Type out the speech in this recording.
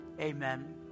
amen